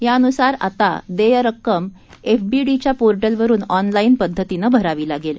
यानुसार आता देय रक्कम एफबीडीच्या पो िवरून ऑनलाईन पद्धतीनं भरावी लागेल